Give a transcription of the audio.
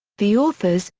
the authors,